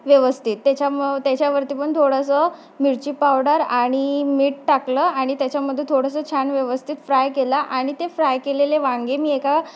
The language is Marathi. व्यवस्थित त्याच्या त्याच्यावरती पण थोडंसं मिरची पावडर आणि मीठ टाकलं आणि त्याच्यामध्ये थोडंसं छान व्यवस्थित फ्राय केला आणि ते फ्राय केलेले वांगे मी एका